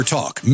Talk